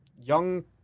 young